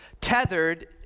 tethered